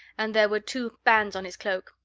and there were two bands on his cloak.